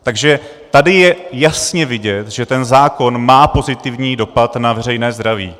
Takže tady je jasně vidět, že ten zákon má pozitivní dopad na veřejné zdraví.